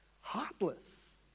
heartless